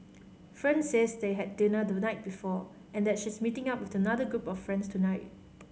friend says they had dinner the night before and that she's meeting up with another group of friends tonight